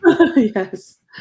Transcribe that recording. Yes